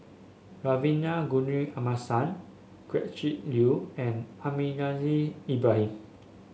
Kavignareru Amallathasan Gretchen Liu and Almahdi Al Haj Ibrahim